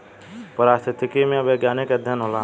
पारिस्थितिकी में वैज्ञानिक अध्ययन होला